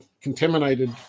contaminated